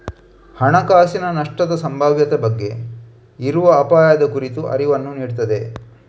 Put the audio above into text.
ಹಣಕಾಸಿನ ನಷ್ಟದ ಸಂಭಾವ್ಯತೆ ಬಗ್ಗೆ ಇರುವ ಅಪಾಯದ ಕುರಿತ ಅರಿವನ್ನ ನೀಡ್ತದೆ